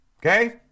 Okay